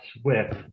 SWIFT